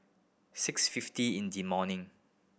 six fifty in the morning